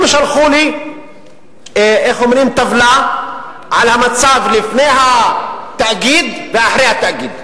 הם שלחו לי טבלה על המצב לפני התאגיד ואחרי התאגיד.